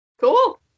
Cool